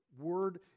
word